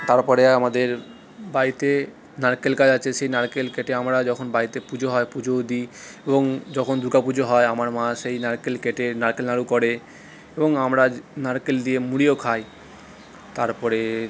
তারপরে আমাদের বাড়িতে নারকেল গাছ আছে সেই নারকেল কেটে আমরা যখন বাড়িতে পুজো হয় পুজোও দিই এবং যখন দুর্গা পুজো হয় আমার মা সেই নারকেল কেটে নারকেল নাড়ু করে এবং আমরা নারকেল দিয়ে মুড়িও খাই তারপরে